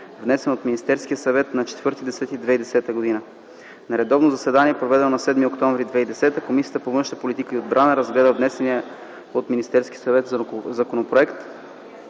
внесен от Министерския съвет на 4 октомври 2010 г. На редовно заседание, проведено на 7 октомври 2010 г., Комисията по външна политика и отбрана разгледа внесения от Министерския съвет законопроект.